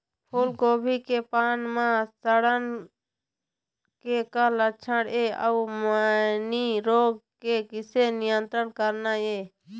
फूलगोभी के पान म सड़न के का लक्षण ये अऊ मैनी रोग के किसे नियंत्रण करना ये?